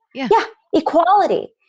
yeah yeah. equality.